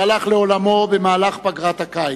שהלך לעולמו בפגרת הקיץ.